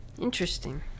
interesting